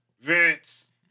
Vince